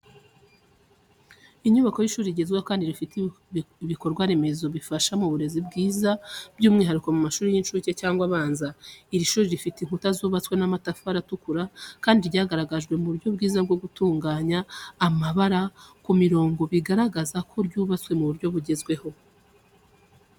Inyubako y’ishuri rigezweho kandi rifite ibikorwa remezo bifasha mu burezi bwiza by’umwihariko mu mashuri y’incuke cyangwa abanza. Iri shuri rifite inkuta zubatswe n’amatafari atukura, kandi ryagaragajwe mu buryo bwiza bwo gutandukanya amabara ku mirongo bikagaragaza ko ryubatswe mu buryo bugezweho.